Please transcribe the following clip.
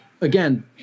again